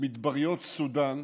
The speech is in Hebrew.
במדבריות סודאן,